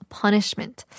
punishment